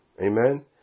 Amen